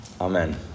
amen